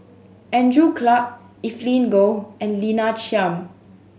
Andrew Clarke Evelyn Goh and Lina Chiam